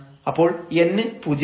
അപ്പോൾ n പൂജ്യമാണ്